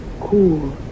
cool